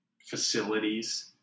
facilities